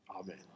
Amen